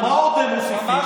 מה עוד הם מוסיפים?